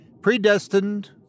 predestined